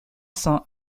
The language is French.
cent